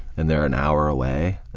and they're an hour away.